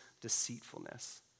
deceitfulness